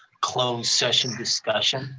closed session discussion.